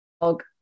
blog